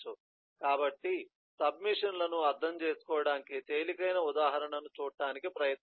కాబట్టి sub machine లను అర్థం చేసుకోవడానికి తేలికైన ఉదాహరణను చూడటానికి ప్రయత్నిద్దాం